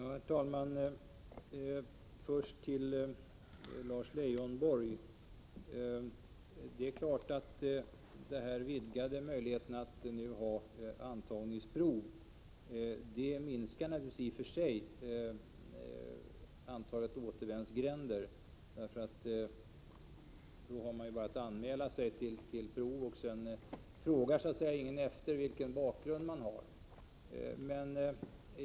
Herr talman! Det är klart, Lars Leijonborg, att vidgade möjligheter att ordna antagningsprov minskar antalet återvändsgränder. Då är det bara att anmäla sig till prov, och ingen frågar efter vilken bakgrund man har.